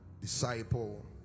disciple